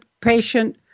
patient